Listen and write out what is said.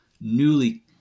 newly